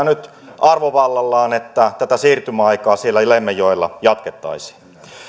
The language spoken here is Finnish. nyt arvovallallaan että siirtymäaikaa lemmenjoella jatkettaisiin